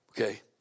Okay